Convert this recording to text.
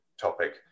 topic